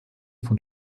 von